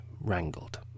wrangled